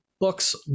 books